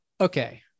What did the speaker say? Okay